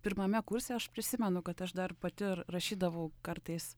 pirmame kurse aš prisimenu kad aš dar pati rašydavau kartais